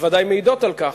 בוודאי מעיד על כך.